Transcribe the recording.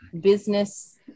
business